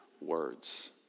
words